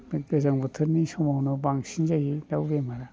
गोजां बोथोरनि समावनो बांसिन जायो दाउ बेमारा